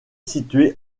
situé